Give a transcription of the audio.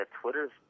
Twitter's